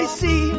see